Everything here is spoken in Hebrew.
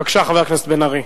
בבקשה, חבר הכנסת מיכאל בן-ארי.